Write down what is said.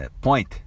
point